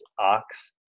Ox